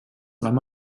lamm